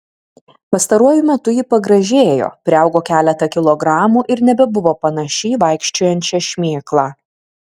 pastaruoju metu ji pagražėjo priaugo keletą kilogramų ir nebebuvo panaši į vaikščiojančią šmėklą